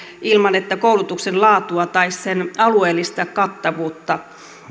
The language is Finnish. ilman että koulutuksen laatua tai sen alueellista kattavuutta